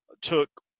took